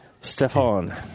Stefan